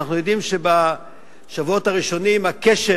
אנחנו יודעים שבשבועות הראשונים הקשר